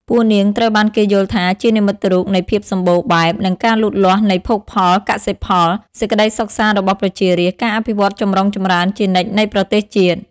ពួកនាងត្រូវបានគេយល់ថាជានិមិត្តរូបនៃ ភាពសម្បូរបែប និងការលូតលាស់នៃភោគផល កសិផល សេចក្តីសុខសាន្តរបស់ប្រជារាស្ត្រ ការអភិវឌ្ឍន៍ចម្រុងចម្រើនជានិច្ចនៃប្រទេសជាតិ។